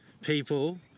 people